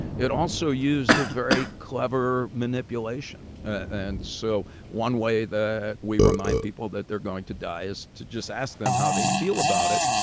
it also used a very clever manipulation. and so one way that we remind people that they're going to die is to just ask them how they feel about it.